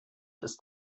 ist